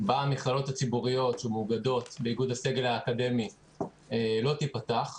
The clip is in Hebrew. במכללות הציבוריות שמאוגדות באיגוד הסגל האקדמי לא תיפתח.